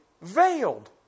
veiled